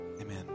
Amen